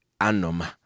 Anoma